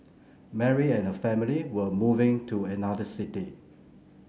Mary and her family were moving to another city